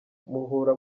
muhura